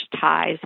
ties